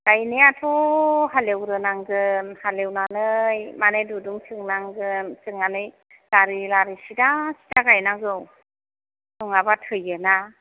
गायनायाथ' हालेवग्रोनांगोन हालेवनानै माने दुरुं सोंनांगोन सोंनानै लारि लारि सिदा सिदा गायनांगौ नङाबा थैयो ना